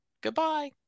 Goodbye